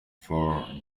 for